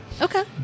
Okay